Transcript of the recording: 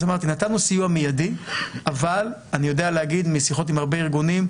נתנו סיוע מיידי אבל אני יודע להגיד משיחות עם הרבה ארגונים,